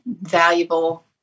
valuable